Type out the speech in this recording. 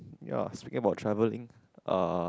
ya speaking about travelling uh